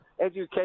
education